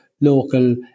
local